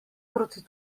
proti